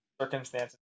circumstances